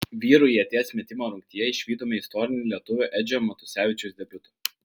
vyrų ieties metimo rungtyje išvydome istorinį lietuvio edžio matusevičiaus debiutą